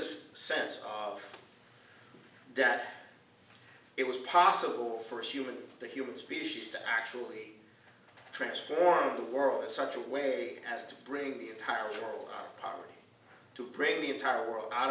this sense that it was possible for a human the human species to actually transform the world such a way as to bring the entire world power to bring the entire world out